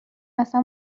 اصلا